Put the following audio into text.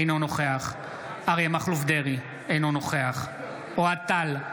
אינו נוכח אריה מכלוף דרעי, אינו נוכח אוהד טל,